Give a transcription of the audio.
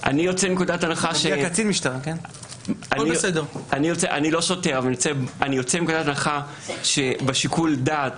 אני לא שוטר אבל אני יוצא מנקודת הנחה שבשיקול דעת